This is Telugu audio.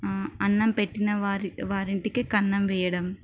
అన్నం పెట్టినవారి వారి ఇంటికె కన్నం వెయ్యడం